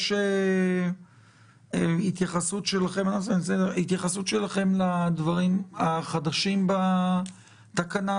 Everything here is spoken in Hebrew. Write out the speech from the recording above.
יש התייחסות שלכם לדברים החדשים בתקנה?